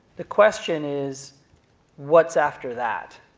the question is what's after that?